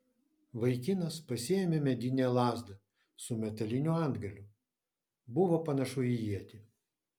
vaikinas pasiėmė medinę lazdą su metaliniu antgaliu buvo panašu į ietį